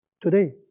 today